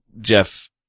Jeff